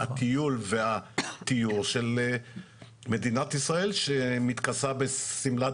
הטיול והטיהור של מדינת ישראל שמתכסה בשמלת